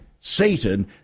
Satan